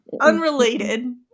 unrelated